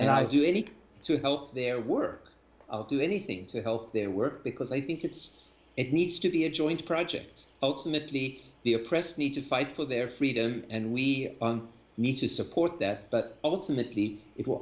and i do anything to help their work do anything to help their work because i think it's it needs to be a joint project ultimately the oppressed need to fight for their freedom and we need to support that but ultimately it will